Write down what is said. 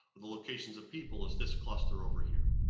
the locations of people is this cluster over here.